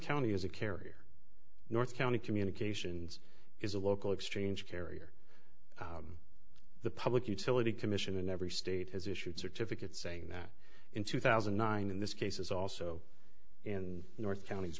county is a carrier north county communications is a local exchange carriers the public utility commission in every state has issued certificate saying that in two thousand and nine in this case is also in north counties